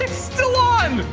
still on!